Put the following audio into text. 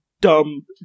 dumb